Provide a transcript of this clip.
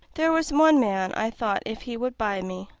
there was one man, i thought, if he would buy me,